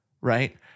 right